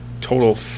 Total